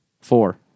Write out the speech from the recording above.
Four